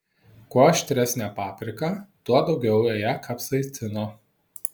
kuo aštresnė paprika tuo daugiau joje kapsaicino